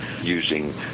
using